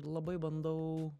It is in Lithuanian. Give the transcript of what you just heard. labai bandau